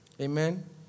Amen